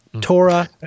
Torah